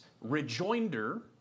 rejoinder